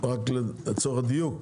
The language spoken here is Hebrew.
לצורך הדיוק,